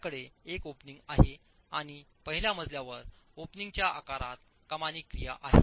आपल्याकडे एक ओपनिंग आहे आणि पहिल्या मजल्यावर ओपनिंगच्या आकारात कमानी क्रिया आहे